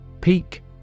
Peak